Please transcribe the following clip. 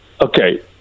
okay